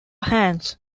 hands